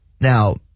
Now